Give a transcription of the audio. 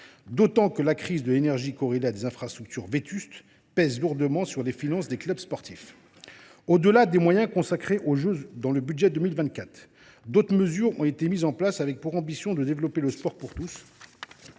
d’autant que la crise de l’énergie, corrélée à des infrastructures vétustes, pèse lourdement sur les finances des clubs sportifs. Au delà des moyens consacrés aux Jeux dans le budget pour 2024, d’autres mesures ont été mises en place, dans l’ambition de développer le sport pour tous